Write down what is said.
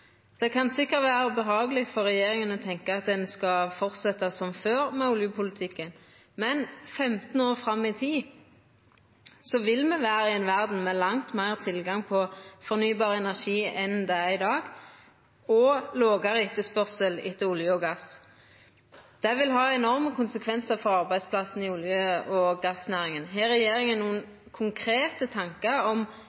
Det kan sikkert vera behageleg for regjeringa å tenkja at ein skal fortsetja som før med oljepolitikken, men 15 år fram i tid vil me vera i ei verd med langt meir tilgang på fornybar energi enn i dag og lågare etterspørsel etter olje og gass. Det vil ha enorme konsekvensar for arbeidsplassane i olje- og gassnæringa. Har regjeringa